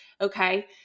okay